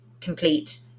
complete